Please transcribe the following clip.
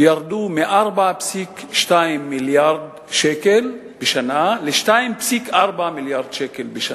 ירדו מ-4.2 מיליארד שקל בשנה ל-2.4 מיליארד שקל בשנה.